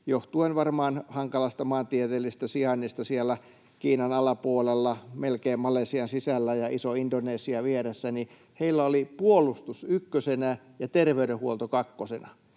johtuen varmaan hankalasta maantieteellisestä sijainnista siellä Kiinan alapuolella, melkein Malesian sisällä, ja ison Indonesia vieressä — oli, että puolustus ykkösenä ja terveydenhuolto kakkosena.